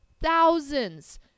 thousands